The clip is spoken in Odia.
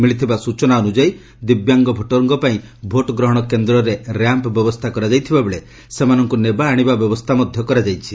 ମିଳିଥିବା ସୂଚନା ଅନୁଯାୟୀ ଦିବ୍ୟାଙ୍ଗ ଭୋଟରଙ୍କ ପାଇଁ ଭୋଟ୍ ଗ୍ରହଣ କେନ୍ଦ୍ରରେ ର୍ୟାମ୍ପ୍ ବ୍ୟବସ୍ଥା କରାଯାଇଥିବା ବେଳେ ସେମାନଙ୍କୁ ନେବାଆଶିବା ବ୍ୟବସ୍ଥା ମଧ୍ୟ କରାଯାଇଛି